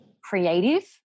creative